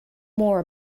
more